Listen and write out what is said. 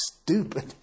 stupid